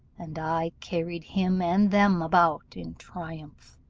and i carried him and them about in triumph.